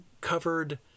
covered